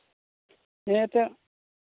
ᱦᱮᱸ ᱱᱤᱛᱚᱜ